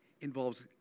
involves